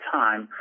time